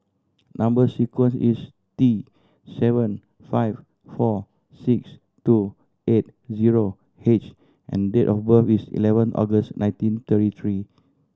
number sequence is T seven five four six two eight zero H and date of birth is eleven August nineteen thirty three